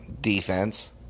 defense